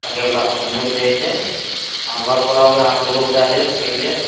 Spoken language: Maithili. ठकै वाला सब घुमैत रहै छै आहाँ घर पर रहबै आहाँके लोभ दए देत ठकि लेत